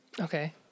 Okay